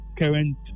current